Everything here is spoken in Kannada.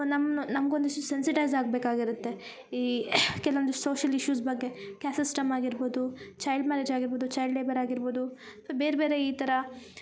ನಮ್ಮ ನಮ್ಗ ಒಂದಿಷ್ಟು ಸೆನ್ಸಟೈಸ್ ಆಗಬೇಕಿರುತ್ತೆ ಈ ಕೆಲವೊಂದು ಸೋಷಿಯಲ್ ಇಶ್ಯುಸ್ ಬಗ್ಗೆ ಕಾಸ್ಟ್ ಸಿಸ್ಟಮ್ ಆಗಿರ್ಬೋದು ಚೈಲ್ಡ್ ಮ್ಯಾರೇಜ್ ಆಗಿರ್ಬೋದು ಚೈಲ್ಡ್ ಲೇಬರ್ ಆಗಿರ್ಬೋದು ಅಥ್ವ ಬೇರೆ ಬೇರೆ ಈ ಥರ